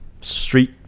street